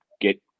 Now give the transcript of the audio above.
get